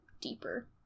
deeper